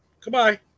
Goodbye